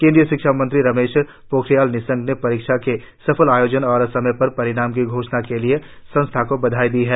केंद्रिय शिक्षा मंत्री रमेश पोखरियाल निशंक ने परीक्षा के सफल आयोजन और समय पर परिणाम की घोषणा के लिए संस्थान को बधाई दी है